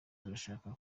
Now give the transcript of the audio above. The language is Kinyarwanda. turashaka